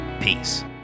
peace